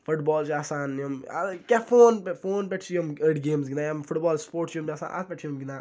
foot بال چھِ آسان یِم کیٛاہ فون پٮ۪ٹھ فون پٮ۪ٹھ چھِ یِم أڑۍ گیمٕز گِںٛدان یا فُٹ بال سپوٹٕس چھُ یِمَن آسان اَتھ پٮ۪ٹھ چھِ یِم گِںٛدان